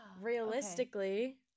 Realistically